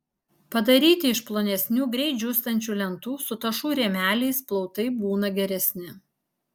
padaryti iš plonesnių greit džiūstančių lentų su tašų rėmeliais plautai būna geresni